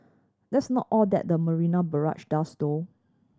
that's not all that the Marina Barrage does though